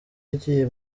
yagiye